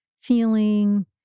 feeling